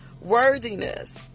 worthiness